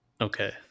Okay